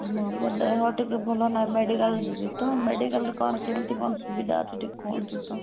ମୋର ଦେହ ଟିକିଏ ଭଲ ନାହିଁ ମେଡ଼ିକାଲ୍ ଯିବି ତ ମେଡ଼ିକାଲ୍ରେ କ'ଣ କେମିତି କ'ଣ ସୁବିଧା ଅଛି ଟିକିଏ କୁହନ୍ତୁ ତ